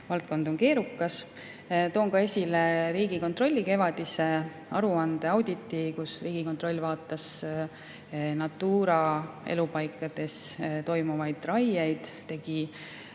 valdkond on keerukas. Toon ka esile Riigikontrolli kevadise auditi, kus Riigikontroll vaatas Natura elupaikades toimuvaid raieid ja tegi